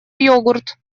йогурт